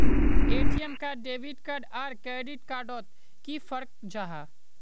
ATM card debit card आर credit card डोट की फरक जाहा?